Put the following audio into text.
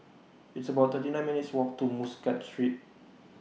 It's about thirty nine minutes' Walk to Muscat Street